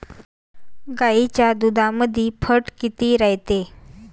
गाईच्या दुधामंदी फॅट किती रायते?